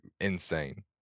insane